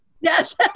Yes